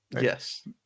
Yes